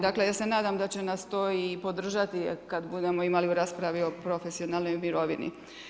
Dakle ja se nadam da će nas to i podržati kada budemo imali u raspravi o profesionalnoj mirovini.